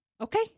Okay